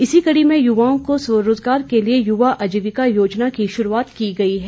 इसी कड़ी में युवाओं को स्वरोजगार के लिए युवा आजीविका योजना की शुरुआत की गई है